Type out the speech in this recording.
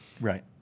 Right